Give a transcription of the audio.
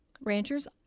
ranchers